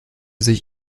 sich